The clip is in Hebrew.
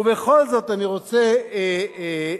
ובכל זאת אני רוצה לומר,